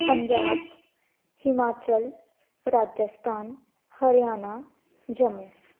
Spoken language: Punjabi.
ਪੰਜਾਬ ਹਿਮਾਚਲ ਰਾਜਸਥਾਨ ਹਰਿਆਣਾ ਜੰਮੂ